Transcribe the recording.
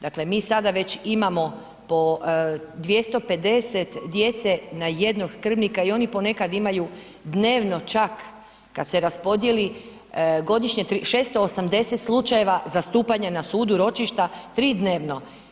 Dakle mi sada već imamo po 250 djece na jednog skrbnika i oni ponekad imaju dnevno čak, kad se raspodijeli, godišnje 680 slučajeva zastupanja na sudu ročišta, 3 dnevno.